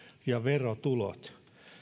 ja verotulot